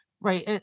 right